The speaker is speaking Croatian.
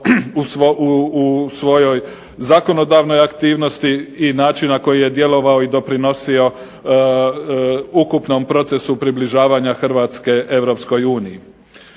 u svojoj zakonodavnoj aktivnosti i načina na koji je djelovao i doprinosio ukupnom procesu približavanja Hrvatske Europskoj uniji.